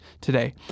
today